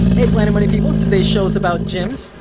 hey, planet money people. today's show is about gyms.